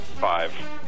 Five